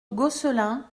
gosselin